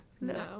No